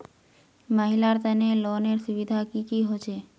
महिलार तने लोनेर सुविधा की की होचे?